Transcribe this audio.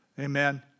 Amen